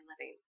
living